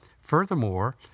Furthermore